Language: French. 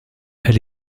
elle